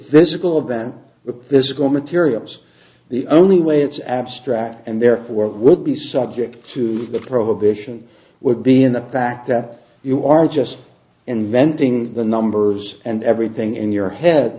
with physical materials the only way it's abstract and their work would be subject to the prohibition would be in the fact that you are just inventing the numbers and everything in your head